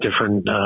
different